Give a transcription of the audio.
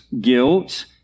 guilt